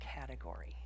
category